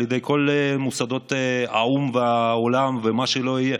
ידי כל מוסדות האו"ם והעולם ומה שלא יהיה.